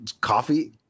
coffee